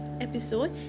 episode